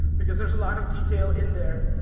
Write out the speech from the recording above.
because there's a lot of detail in there.